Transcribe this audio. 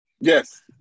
Yes